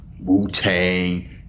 Wu-Tang